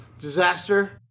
disaster